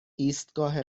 ایستگاه